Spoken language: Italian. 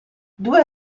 due